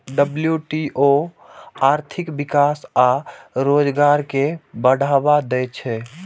WTO आर्थिक विकास आ रोजगार कें बढ़ावा दै छै